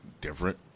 different